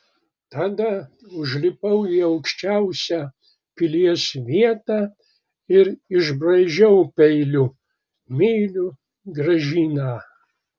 tada užlipau į aukščiausią pilies vietą ir išbraižiau peiliu myliu gražiną